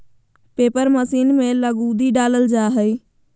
paper machine में लुगदी डालल जा हय